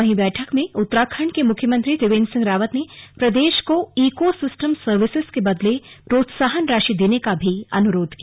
वहीं बैठक में उत्तराखंड के मुख्यमंत्री त्रिवेंद्र सिंह रावत ने प्रदेश को इको सिस्टम सर्विसेज के बदले प्रोत्साहन राशि देने का अनुरोध किया